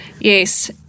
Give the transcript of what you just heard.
Yes